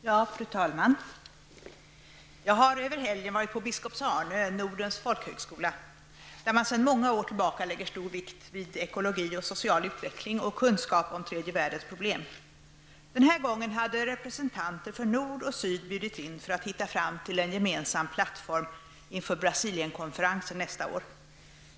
Fru talman! Jag har över helgen varit på Biskops Arnö, Nordens folkhögskola, där man sedan många år tillbaka lägger stor vikt vid ekologi, social utveckling och kunskap om tredje världens problem. Den här gången hade representanter för nord och syd bjudits in för att hitta fram till en gemensam plattform inför Brasilienkonferensen nästa år.